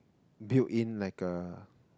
build in like a